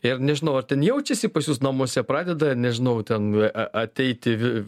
ir nežinau ar ten jaučiasi pas jus namuose pradeda nežinau ten ateiti